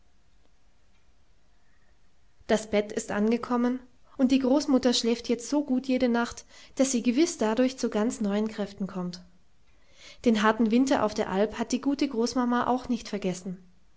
das bett ist angekommen und die großmutter schläft jetzt so gut jede nacht daß sie gewiß dadurch zu ganz neuen kräften kommt den harten winter auf der alp hat die gute großmama auch nicht vergessen